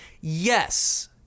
Yes